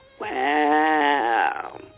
Wow